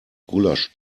gulasch